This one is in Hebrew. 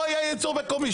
לא יהיה ייצור מקומי.